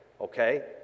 Okay